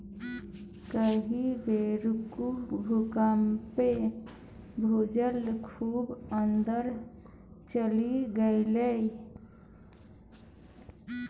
एहि बेरुक भूकंपमे भूजल खूब अंदर चलि गेलै